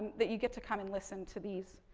that you get to come and listen to these